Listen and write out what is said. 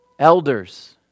Elders